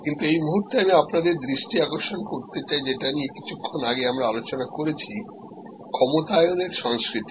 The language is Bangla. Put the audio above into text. কিন্তু এই মুহূর্তে আমি আপনাদের দৃষ্টি আকর্ষণ করতে চাই যেটা নিয়ে কিছুক্ষণ আগে আমরা আলোচনা করেছি ক্ষমতায়নেরসংস্কৃতি